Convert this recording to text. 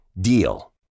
DEAL